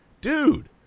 dude